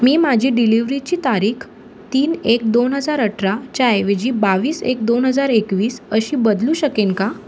मी माझी डिलिव्हरीची तारीख तीन एक दोन हजार अठराच्याऐवजी बावीस एक दोन हजार एकवीस अशी बदलू शकेन का